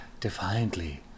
defiantly